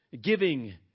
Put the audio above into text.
Giving